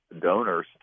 donors